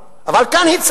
בעולם, אבל כאן היא,